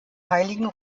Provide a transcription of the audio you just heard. heiligen